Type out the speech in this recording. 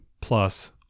plus